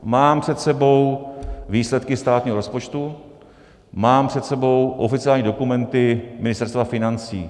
Mám před sebou výsledky státního rozpočtu, mám před sebou oficiální dokumenty Ministerstva financí.